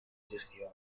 gestione